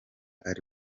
ari